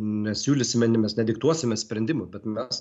nesiūlysime mes nediktuosime sprendimų bet mes